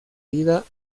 vida